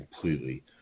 completely